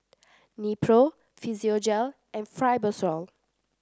Nepro Physiogel and Fibrosol